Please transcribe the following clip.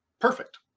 Perfect